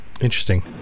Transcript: interesting